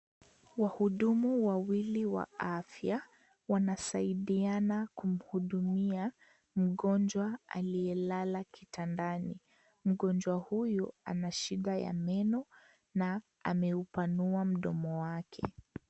Wahudumu wawili wa afya wanasaidiana kumhudumia mgonjwa aliyelala kitandani. Mgonjwa huyu ana shida ya meno na ameupanua mdomo wake.